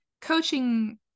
coaching